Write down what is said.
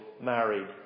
married